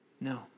No